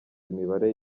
imibare